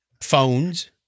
phones